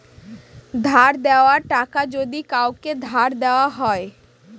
ধার দেওয়া টাকা যদি কাওকে ধার দেওয়া হয়